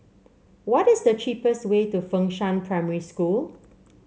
what is the cheapest way to Fengshan Primary School